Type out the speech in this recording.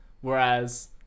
whereas